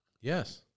Yes